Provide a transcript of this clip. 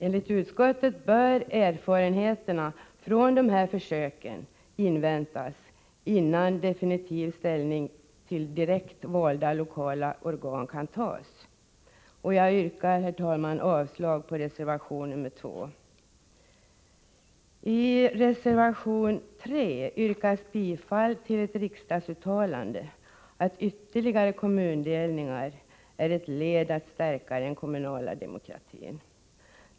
Enligt utskottet bör erfarenheterna från de här försöken inväntas innan definitiv ställning till frågan om direktvalda lokala organ kan tas. Jag yrkar, herr talman, avslag på reservation 2. I reservation 3 yrkas bifall till ett krav att riksdagen skall uttala att ytterligare kommundelningar kan vara ett medel att stärka den kommunala demokratin.